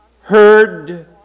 heard